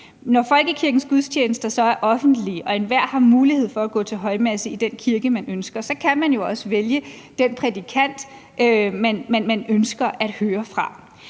Når folkekirkens gudstjenester så er offentlige og enhver har mulighed for at gå til højmesse i den kirke, man ønsker, så kan man jo også vælge den prædikant, man ønsker at høre.